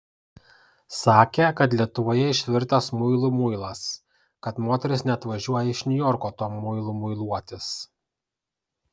sakė kad lietuvoje išvirtas muilų muilas kad moterys net važiuoja iš niujorko tuo muilu muiluotis